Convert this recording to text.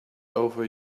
over